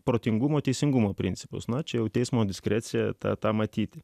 protingumo teisingumo principus nuo čia jau teismo diskrecija tą matyti